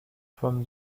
von